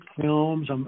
films